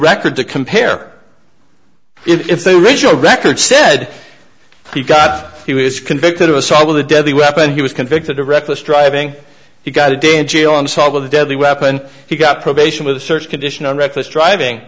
record to compare if the original record said he got he was convicted of assault with a deadly weapon he was convicted of reckless driving he got a day in jail and saw with a deadly weapon he got probation with a search condition on reckless driving